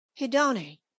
Hidone